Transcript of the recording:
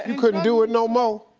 and couldn't do it no more?